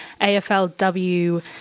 AFLW